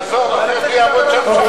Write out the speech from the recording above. עזוב, אחרת הוא יעמוד שם שעות.